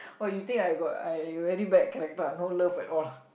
what you think I got I very bad character ah no love at all